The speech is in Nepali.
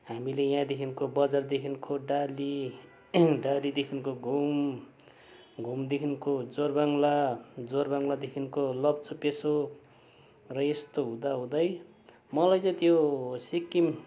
हामीले यहाँदेखिको बजारदेखिको डाली डालीदेखिको घुम घुमदेखिको जोरबङ्ला जोरबङ्लादेखिको लप्चू पेसोक र यस्तो हुँदाहुँदै मलाई चाहिँ त्यो सिक्किम